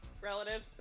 Relative